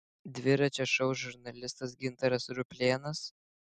dviračio šou žurnalistas gintaras ruplėnas